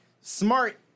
Smart